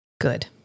Good